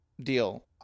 deal